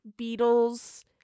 Beatles